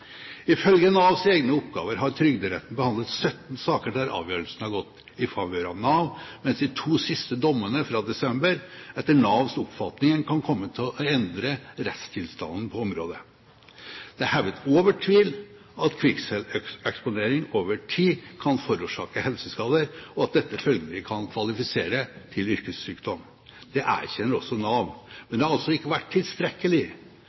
Ifølge Navs egne oppgaver har Trygderetten behandlet 17 saker der avgjørelsen har gått i favør av Nav, mens de to siste dommene, fra desember, etter Navs oppfatning kan komme til å endre rettstilstanden på området. Det er hevet over tvil at kvikksølveksponering over tid kan forårsake helseskader, og at dette følgelig kan kvalifisere til yrkessykdom. Det erkjenner også Nav. Men det har altså ikke vært tilstrekkelig.